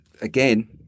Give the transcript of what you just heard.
again